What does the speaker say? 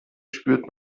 spürt